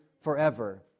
forever